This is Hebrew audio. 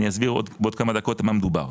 אסביר עוד כמה דקות במה מדובר.